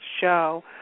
show